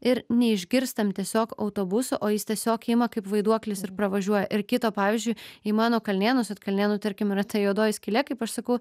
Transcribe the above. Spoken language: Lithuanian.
ir neišgirstam tiesiog autobuso o jis tiesiog ima kaip vaiduoklis ir pravažiuoja ir kito pavyzdžiui į mano kalnėnus vat kalnėnų tarkim yra ta juodoji skylė kaip aš sakau